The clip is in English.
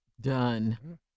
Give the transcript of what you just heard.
Done